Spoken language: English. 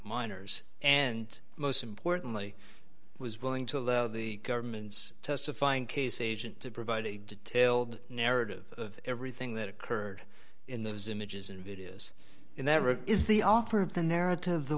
minors and most importantly was willing to allow the government's testifying case agent to provide a detailed narrative of everything that occurred in those images and it is never is the author of the narrative the